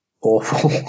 awful